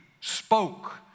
spoke